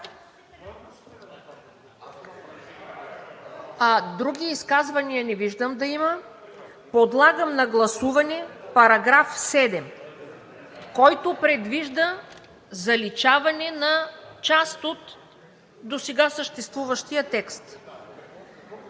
Други изказвания не виждам да има. Подлагам на гласуване § 7, който предвижда заличаване на част от досега съществуващия текст.